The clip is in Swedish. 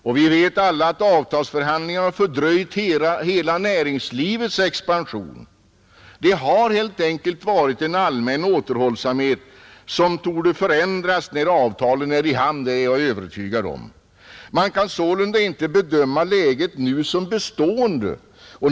Och vi vet alla att avtalsförhandlingarna har fördröjt hela näringslivets expansion. Det har helt enkelt varit en allmän återhållsamhet, som torde förändras när avtalen är i hamn, Det är jag övertygad om. Man kan sålunda inte bedöma läget nu som bestående.